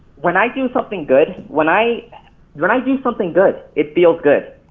when i do something good, when i when i do something good it feels good.